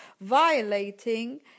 violating